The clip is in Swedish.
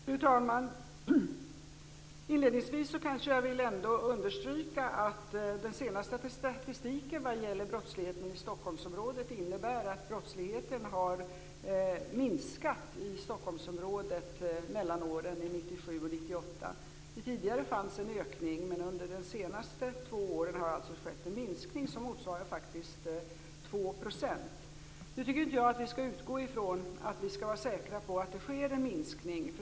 Fru talman! Inledningsvis vill jag understryka att den senaste statistiken visar att brottsligheten har minskat i Stockholmsområdet under 1997 och 1998. Tidigare fanns det en ökning. Men under de senaste två åren har det alltså skett en minskning som faktiskt motsvarar 2 %. Jag tycker inte att vi skall vara säkra på att det sker en minskning.